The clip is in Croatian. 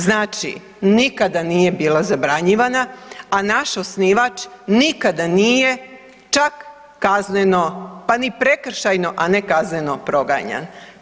Znači nikada nije bila zabranjivana, a naš osnivač nikada nije čak kazneno pa ni prekršajno, a ne kazneno proganjan.